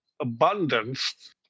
abundance